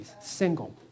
single